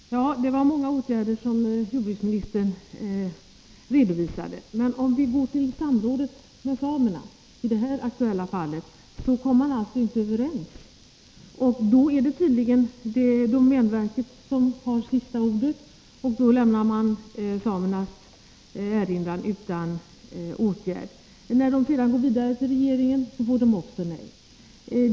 Herr talman! Det var många åtgärder som jordbruksministern redovisade. Men beträffande samrådet med samerna i det här aktuella fallet kom man inte överens. Då är det tydligen domänverket som har sista ordet, och man lämnar samernas erinran utan åtgärd. När samerna sedan går vidare till regeringen får de också nej.